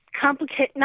complicated